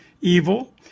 evil